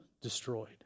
destroyed